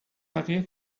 بقیه